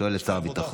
שואל את שר הביטחון.